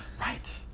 Right